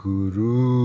Guru